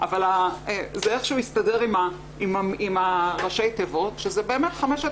אבל זה איך שהוא הסתדר עם ראשי התיבות שזה באמת חמשת